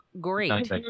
great